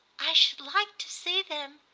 i should like to see them,